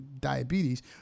diabetes